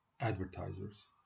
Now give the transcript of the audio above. advertisers